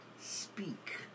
speak